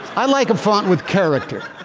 i like a font with character.